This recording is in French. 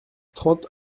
trente